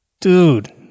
Dude